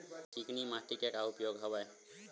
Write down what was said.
चिकनी माटी के का का उपयोग हवय?